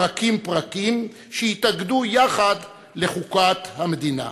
פרקים פרקים שיתאגדו יחד לחוקת המדינה.